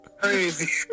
Crazy